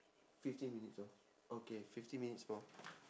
fifteen minutes okay okay fifteen minutes more